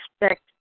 expect